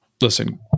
listen